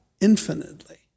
infinitely